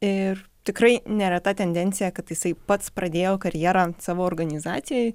ir tikrai nereta tendencija kad jisai pats pradėjo karjerą ant savo organizacijai